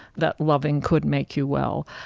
that loving could make you well.